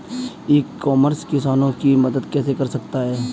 ई commerce किसानों की मदद कैसे कर सकता है?